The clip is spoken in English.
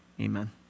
Amen